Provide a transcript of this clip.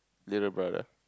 little brother